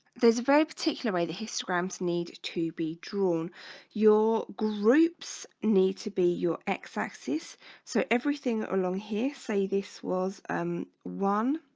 there's a very particular way the histograms need to be drawn your groups need to be your x axis so everything along here say this was one